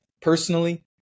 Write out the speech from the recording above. personally